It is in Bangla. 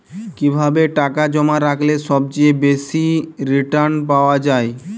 কিভাবে টাকা জমা রাখলে সবচেয়ে বেশি রির্টান পাওয়া য়ায়?